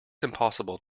impossible